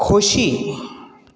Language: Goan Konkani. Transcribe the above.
खोशी